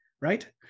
Right